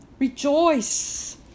Rejoice